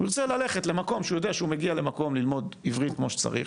הוא ירצה ללכת למקום שהוא יודע שהוא מגיע ללמוד עברית כמו שצריך,